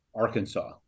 Arkansas